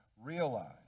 realize